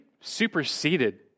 superseded